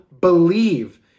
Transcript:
believe